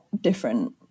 different